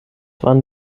waren